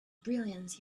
brilliance